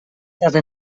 cada